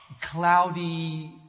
cloudy